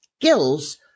skills